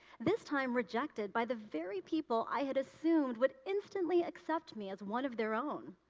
this time rejected by the very people i had assumed would instantly accept me as one of their own.